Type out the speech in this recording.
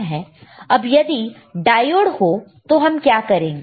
अब यदि डायोड हो तो हम क्या करेंगे